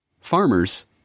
Farmers